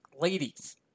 ladies